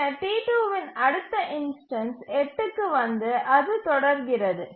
பின்னர் T2இன் அடுத்த இன்ஸ்டன்ஸ் 8க்கு வந்து அது தொடர்கிறது